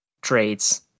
trades